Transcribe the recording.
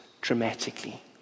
dramatically